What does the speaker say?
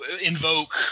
invoke